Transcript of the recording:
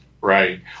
right